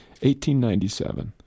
1897